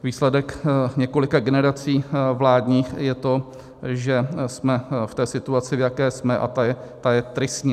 Výsledek několika generací vládních je to, že jsme v té situaci, v jaké jsme, a ta je tristní.